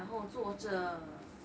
然后坐者